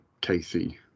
Casey